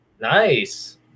Nice